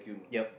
yep